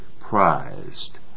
prized